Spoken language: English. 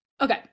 Okay